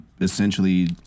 essentially